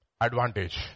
advantage